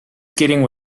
skating